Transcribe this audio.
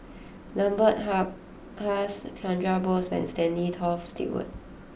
Lambert Has Chandra Bose and Stanley Toft Stewart